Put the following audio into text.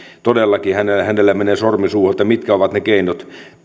todellakin menee sormi suuhun että mitkä ovat ne keinot